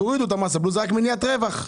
תורידו את מס הבלו, זאת רק מניעת רווח.